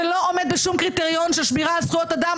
זה לא עומד בשום קריטריון של שמירה על זכויות אדם